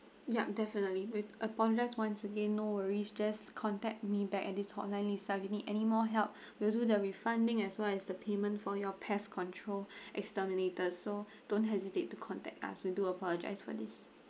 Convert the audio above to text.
yup definitely we apologise once again no worries just contact me back at this hotline lisa if you need anymore help we'll do the refunding as long as the payment for your pest control exterminators so don't hesitate to contact us we do apologise for this